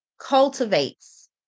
cultivates